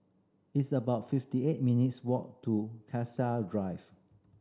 it's about fifty eight minutes' walk to Cassia Drive